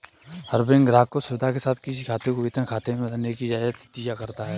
हर bank ग्राहक को सुविधा के साथ किसी खाते को वेतन खाते में बदलने की इजाजत दिया करता है